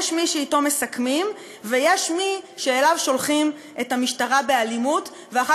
יש מי שאתו מסכמים ויש מי שאליו שולחים את המשטרה באלימות ואחר